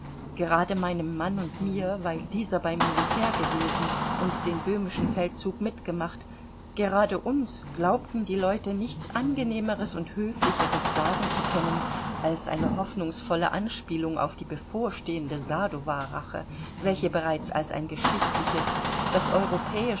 gerade meinem mann und mir weil dieser beim militär gewesen und den böhmischen feldzug mitgemacht gerade uns glaubten die leute nichts angenehmeres und höflicheres sagen zu können als eine hoffnungsvolle anspielung auf die bevorstehende sadowa rache welche bereits als ein geschichtliches das